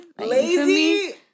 Lazy